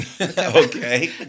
Okay